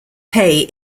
pay